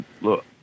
Look